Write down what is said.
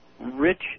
rich